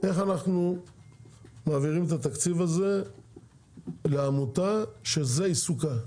איך אנחנו מעבירים את התקציב הזה לעמותה שזה עיסוקה,